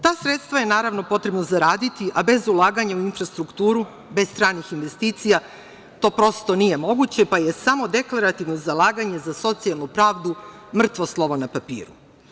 Ta sredstva je, naravno, potrebno zaraditi, a bez ulaganja u infrastrukturu, bez stranih investicija, to prosto nije moguće, pa je samo deklarativno zalaganje za socijalnu pravdu mrtvo slovo na papiru.